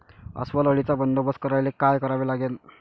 अस्वल अळीचा बंदोबस्त करायले काय करावे लागन?